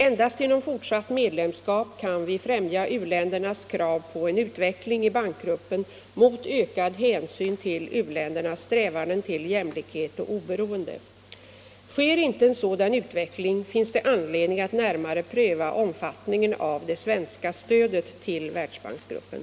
Endast genom fortsatt medlemskap kan vi främja u-ländernas krav på en utveckling i bankgruppen mot ökad hänsyn till u-ländernas strävanden till jämlikhet och oberoende. Sker inte en sådan utveckling finns det anledning att närmare pröva omfattningen av det svenska stödet till Världsbanksgruppen.